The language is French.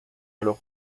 alors